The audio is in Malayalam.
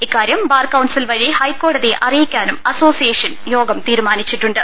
ഇക്കാര്യം ബാർക്കൌൺസിൽ വഴി ഹൈക്കോടതിയെ അറിയി ക്കാനും അസോസിയേഷൻ യോഗം തീരുമാനിച്ചിട്ടുണ്ട്